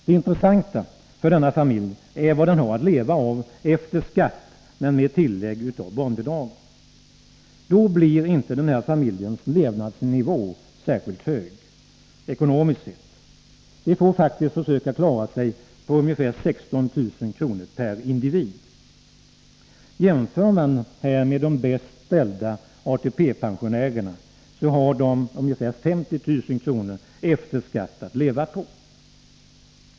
Det intressanta för denna familj är vad den har att leva av efter skatt, med tillägg av barnbidrag. Då blir inte den här familjens levnadsnivå särskilt hög, ekonomiskt sett. De får faktiskt försöka klara sig på ungefär 16 000 kr. per individ, medan de bäst ställda ATP-pensionärerna har ungefär 50 000 kr. efter skatt att leva på.